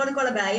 קודם כל הבעיה,